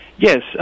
Yes